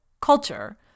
culture